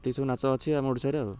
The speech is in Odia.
ଏଇସବୁ ନାଚ ଅଛି ଆମ ଓଡ଼ିଶାରେ ଆଉ